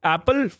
Apple